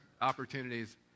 opportunities